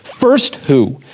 first who,